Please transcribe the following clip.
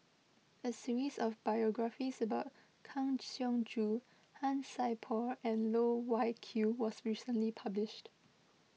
a series of biographies about Kang Siong Joo Han Sai Por and Loh Wai Kiew was recently published